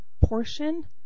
portion